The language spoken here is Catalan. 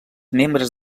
membres